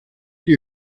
die